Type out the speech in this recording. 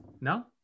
No